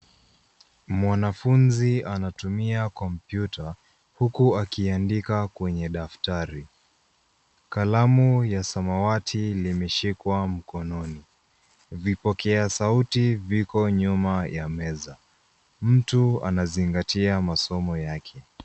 Mwanafunzi anatumia kompyuta huku akiandika kwenye daftari. Kalamu ya samawatii limeshikwa mkononi. Vipokea sauti viko nyuma ya meza. Mtu anazingatia masomo yake.